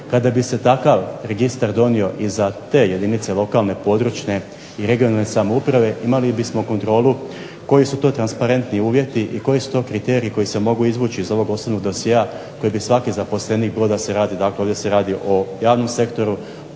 Kada bi se takav registar donio i za te jedinice lokalne područne i regionalne samouprave imali bismo kontrolu koji su to transparentni uvjeti i koji su to kriteriji koji se mogu izvući iz ovog osobnog dosjea koji bi svaki zaposlenik, bilo da se radi, dakle ovdje se radi o javnom sektoru,